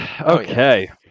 Okay